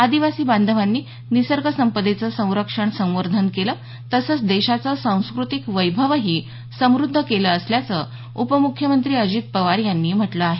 आदिवासी बांधवांनी निसर्गसंपदेचं संरक्षण संवर्धन केलं तसंच देशाचं सांस्कृतिक वैभवही समृद्ध केलं असल्याचं उपमुख्यमंत्री अजित पवार यांनी म्हटलं आहे